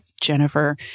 Jennifer